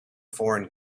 foreign